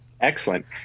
Excellent